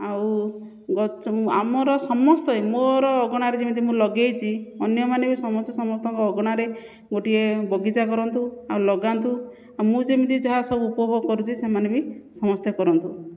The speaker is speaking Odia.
ଆଉ ଗଚ୍ ଆମର ସମସ୍ତେ ମୋର ଅଗଣାରେ ଯେମିତି ମୁଁ ଲଗାଇଛି ଅନ୍ୟମାନେ ବି ସମସ୍ତେ ସମସ୍ତଙ୍କ ଅଗଣାରେ ଗୋଟିଏ ବଗିଚା କରନ୍ତୁ ଆଉ ଲଗାନ୍ତୁ ଆଉ ମୁଁ ଯେମିତି ଯାହା ସବୁ ଉପଭୋଗ କରୁଛି ସେମାନେ ବି ସମସ୍ତେ କରନ୍ତୁ